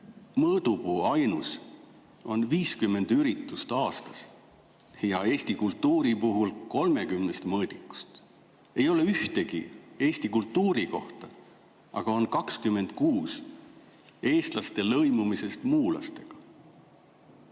mõõdupuu on 50 üritust aastas ja eesti kultuuri puhul 30 mõõdikust ei ole ühtegi eesti kultuuri kohta, aga on 26 eestlaste lõimumisest muulastega,